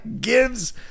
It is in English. Gives